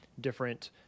different